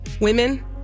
women